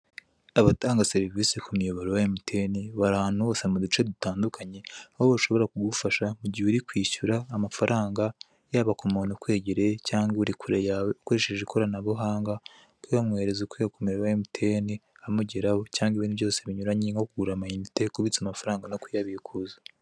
Abatanga serivise ku muyoboro wa emutiyene bari ahantu hose mu duce datandukanye, aho bashobora kugufasha igihe uri kwishyura amafaranga yaba ku umuntu ukwegereye cyangwa uri kure yawe ukoresheje ikorana buhanga kuyamwoherereza, ukuye ku muyoboro wa emutiyene amugeraho cyangwa ibindi byose binyuranye nko kugura amayinite, kubitsa amafaranga cyangwa no kuyabikuza.